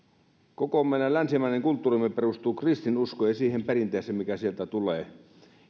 koko meidän länsimainen kulttuurimme perustuu kristinuskoon ja siihen perinteeseen mikä sieltä tulee